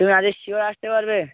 তুমি আজকে সিওর আসতে পারবে